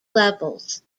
levels